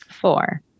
Four